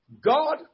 God